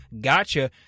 gotcha